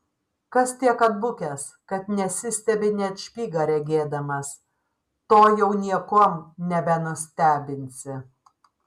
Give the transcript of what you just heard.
kas tiek atbukęs kad nesistebi net špygą regėdamas to jau niekuom nebenustebinsi